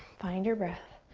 find your breath.